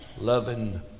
loving